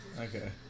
Okay